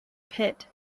pit